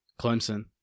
Clemson